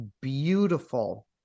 beautiful